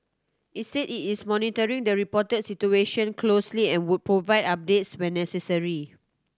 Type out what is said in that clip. it said it is monitoring the reported situation closely and would provide updates when necessary